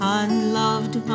unloved